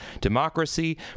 democracy